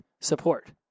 support